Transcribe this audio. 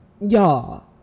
y'all